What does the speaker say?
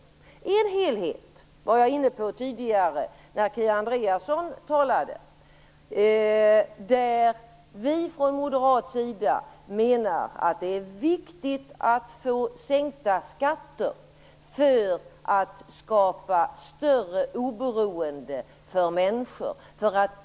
Vad gäller helheten var jag tidigare, när Kia Andreasson talade, inne på att vi moderater menar att det är viktigt att få sänkta skatter för att skapa större oberoende för människor.